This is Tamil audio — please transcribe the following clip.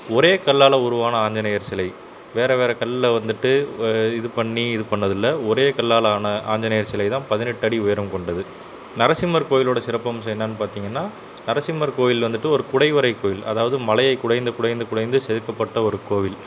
ஒரே கல்லால் உருவான ஆஞ்சநேயர் சிலை வேறு வேறு கல்லில் வந்துவிட்டு வ இது பண்ணி இது பண்ணது இல்லை ஒரே கல்லாலான ஆஞ்சநேயர் சிலை தான் பதினெட்டடி உயரம் கொண்டது நரசிம்மர் கோவிலோடய சிறப்பம்சம் என்னென்னு பார்த்திங்கன்னா நரசிம்மர் கோவில் வந்துவிட்டு ஒரு குடைவரை கோவில் அதாவது மலையை குடைந்து குடைந்து குடைந்து செதுக்கப்பட்ட ஒரு கோவில்